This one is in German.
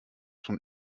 von